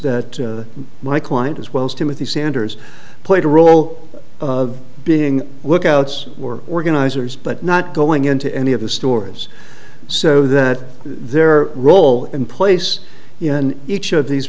that my client as well as timothy sanders played a role of being lookouts or organizers but not going into any of the stores so that their role in place in each of these